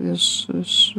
iš iš